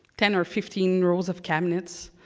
ten or fifteen rows of cabinets